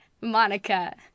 Monica